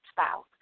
spouse